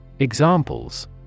Examples